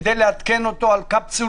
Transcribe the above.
כדי לעדכן אותו על קפסולות,